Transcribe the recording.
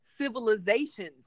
civilizations